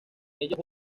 ellos